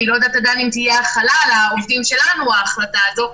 אני לא יודעת עדיין אם תהיה החלה על העובדים שלנו בהחלטה הזו,